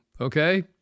okay